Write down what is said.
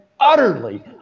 utterly